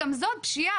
גם זו פשיעה.